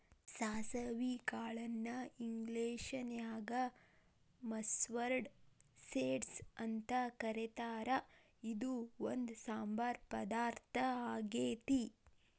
ಸಾಸವಿ ಕಾಳನ್ನ ಇಂಗ್ಲೇಷನ್ಯಾಗ ಮಸ್ಟರ್ಡ್ ಸೇಡ್ಸ್ ಅಂತ ಕರೇತಾರ, ಇದು ಒಂದ್ ಸಾಂಬಾರ್ ಪದಾರ್ಥ ಆಗೇತಿ